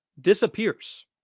disappears